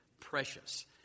precious